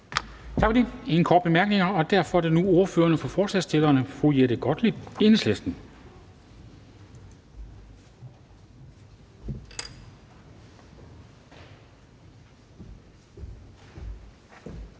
Der er ingen korte bemærkninger, og derfor er det nu ordføreren for forslagsstillerne, fru Jette Gottlieb, Enhedslisten.